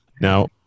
Now